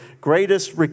greatest